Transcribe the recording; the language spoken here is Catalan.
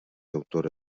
autora